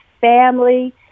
family